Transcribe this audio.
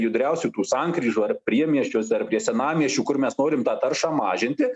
judriausių tu sankryžų ar priemiesčiuose ar prie senamiesčių kur mes norim tą taršą mažinti